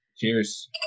Cheers